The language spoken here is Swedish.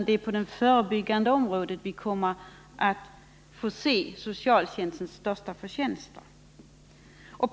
Det är på det förebyggande området vi kommer att få se socialtjänstens största fördelar.